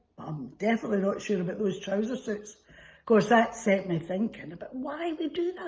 definitely not sure about those trouser suits course that set me thinking about why we do that.